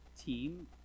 team